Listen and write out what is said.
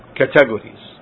categories